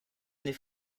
n’est